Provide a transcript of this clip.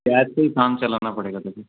प्याज से ही काम चलाना पड़ेगा